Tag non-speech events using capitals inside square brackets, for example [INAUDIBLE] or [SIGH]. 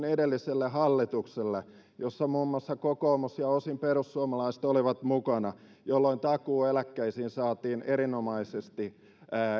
[UNINTELLIGIBLE] edelliselle hallitukselle jossa muun muassa kokoomus ja osin perussuomalaiset olivat mukana jolloin takuueläkkeitä saatiin erinomaisesti